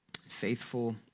Faithful